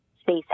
space